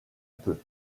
peu